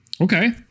Okay